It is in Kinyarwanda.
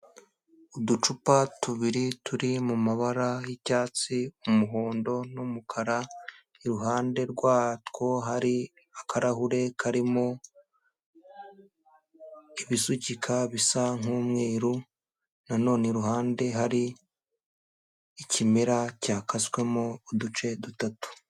Uducupa tubiri turi mu mabara y'icyatsi, umuhondo n'umukara, iruhande rwatwo hari akarahure karimo ibisukika bisa nk'umweru, nanone iruhande hari ikimera cyakaswemo uduce dutatu.